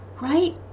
right